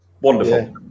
wonderful